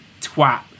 twat